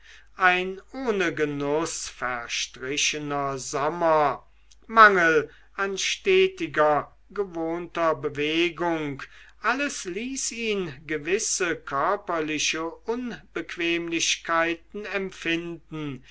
ein ohne genuß verstrichener sommer mangel an stetiger gewohnter bewegung alles ließ ihn gewisse körperliche unbequemlichkeiten empfinden